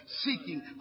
seeking